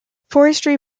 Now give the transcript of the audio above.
forestry